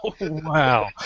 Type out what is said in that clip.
Wow